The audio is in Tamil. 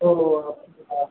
ஓஹோ அப்படிங்களா